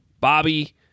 Bobby